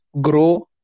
grow